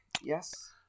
Yes